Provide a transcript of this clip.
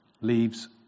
leaves